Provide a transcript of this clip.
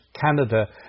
Canada